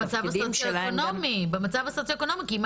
בתפקידים ובמצב הסוציואקונומי כי אם